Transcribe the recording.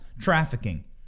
trafficking